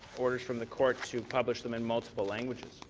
orders from the court to publish them in multiple languages?